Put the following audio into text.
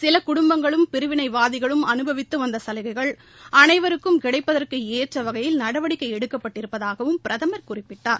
சில குடும்பங்களும் பிரிவிளைவாதிகளும் அனுபவித்து வந்த சலுகைகள் அனைவருக்கும் கிடைப்பதற்கு ஏற்ற வகையில் நடவடிக்கை எடுக்கப்பட்டிருப்பதாகவும் பிரதமர் குறிப்பிட்டார்